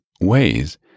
ways